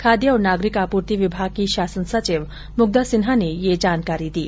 खाद्य और नागरिक आपूर्ति विभाग की शासन सचिव मुग्धा सिन्हा ने ये जानकारी दी